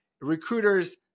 recruiter's